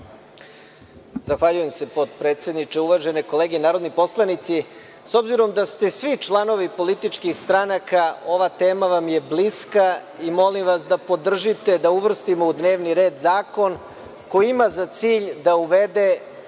Zahvaljujem se potpredsedniče. Uvažene kolege narodni poslanici, s obzirom da ste svi članovi političkih stranaka ova tema vam je bliska i molim vas da je podržite da uvrstimo u dnevni red zakon koji ima za cilj da uvede